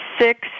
six